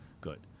good